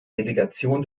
delegation